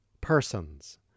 persons